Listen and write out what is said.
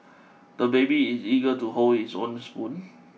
the baby is eager to hold his own spoon